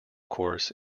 course